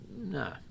no